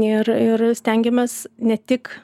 ir ir stengiamės ne tik